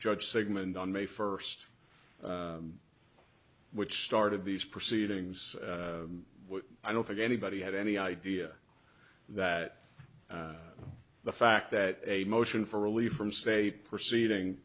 judge sigmund on may first which started these proceedings i don't think anybody had any idea that the fact that a motion for relief from state proceeding